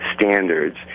standards